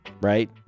right